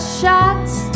shots